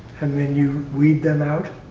and then you weed them out.